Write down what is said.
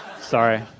sorry